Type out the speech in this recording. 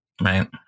Right